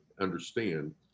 understand